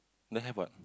don't have what